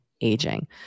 aging